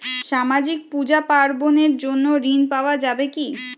সামাজিক পূজা পার্বণ এর জন্য ঋণ পাওয়া যাবে কি?